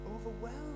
overwhelmed